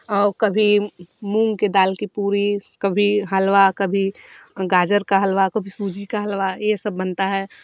और कभी मूंग की दाल की पूरी कभी हलवा कभी गाजर का हलवा कभी सूजी का हलवा ये सब बनता है